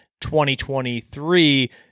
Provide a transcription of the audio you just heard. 2023